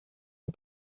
and